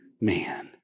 man